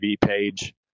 page